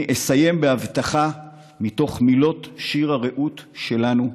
אני אסיים בהבטחה מתוך מילות שיר הרעות שלנו,